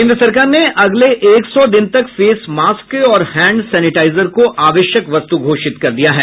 केन्द्र सरकार ने अगले एक सौ दिन तक फेस मास्क और हैण्ड सैनिटाइजर को आवश्यक वस्तु घोषित कर दिया है